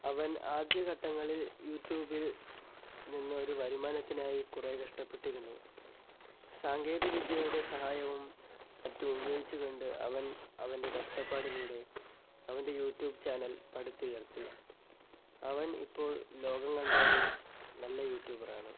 അവൻ ആദ്യഘട്ടങ്ങളിൽ യൂട്യൂബിൽ നിന്നൊരു വരുമാനത്തിനായി കുറെ കഷ്ടപ്പെട്ടിരുന്നു സാങ്കേതിക വിദ്യയുടെ സഹായവും മറ്റും ഉപയോഗിച്ചു കൊണ്ട് അവൻ അവൻ്റെ കഷ്ടപ്പാടിലൂടെ അവൻ്റെ യൂട്യൂബ് ചാനൽ പടുത്തുയർത്തി അവൻ ഇപ്പോൾ ലോകം കണ്ട ഒരു നല്ല യൂട്യൂബറാണ്